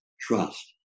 trust